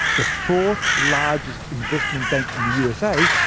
the fourth largest investment bank in the usa,